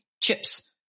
chips